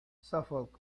suffolk